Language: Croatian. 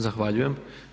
Zahvaljujem.